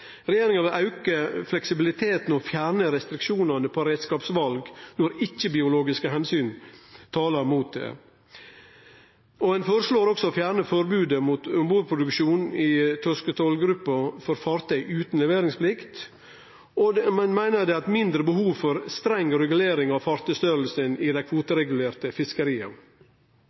Regjeringa vil auke fleksibiliteten og fjerne restriksjonane på reiskapsval når ikkje biologiske omsyn taler mot det, ein føreslår å fjerne forbodet mot ombordproduksjon i torsketrålgruppa for fartøy utan leveringsplikt, og ein meiner det er mindre behov for ei streng regulering av fartøystørrelsen i dei kvoteregulerte fiskeria.